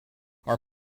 are